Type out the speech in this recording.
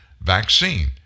vaccine